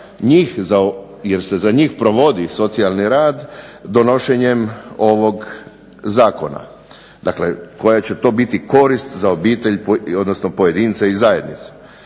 jer se za njih provodi socijalni rad donošenjem ovog zakona. Dakle, koja će to biti korist za obitelj, odnosno pojedince i zajednicu.